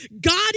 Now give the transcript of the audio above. God